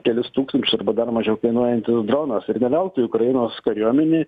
kelis tūkstančius arba dar mažiau kainuojantis dronas ir ne veltui ukrainos kariuomenė